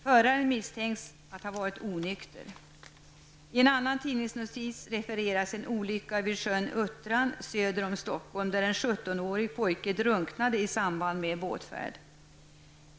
Föraren misstänks att ha varit onykter. I en annan tidningsnotis refereras en olycka vid sjön Uttran söder om Stockholm där en sjuttonårig pojke drunknade i samband med en båtfärd.